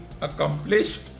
accomplished